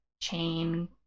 chain